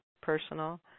personal